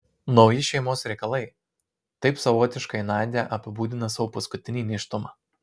nauji šeimos reikalai taip savotiškai nadia apibūdino savo paskutinį nėštumą